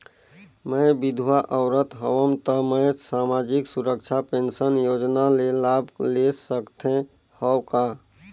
मैं विधवा औरत हवं त मै समाजिक सुरक्षा पेंशन योजना ले लाभ ले सकथे हव का?